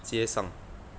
街上